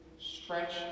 stretch